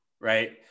right